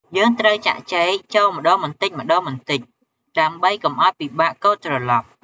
យើងត្រូវចាក់ចេកចូលម្ដងបន្តិចៗ ដើម្បីកុំឱ្យពិបាកកូរត្រឡប់។